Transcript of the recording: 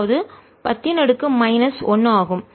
அதாவது 10 1 ஆகும்